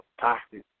toxic